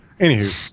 anywho